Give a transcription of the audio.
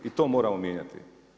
I to moramo mijenjati.